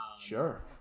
Sure